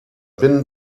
been